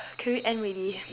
can we end already